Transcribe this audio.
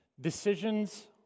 Decisions